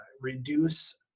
reduce